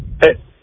Hey